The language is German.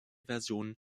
versionen